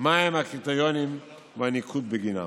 מהם הקריטריונים והניקוד בגינם.